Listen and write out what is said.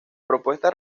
propuestas